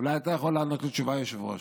אולי אתה יכול לענות לי תשובה, היושב-ראש?